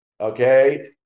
okay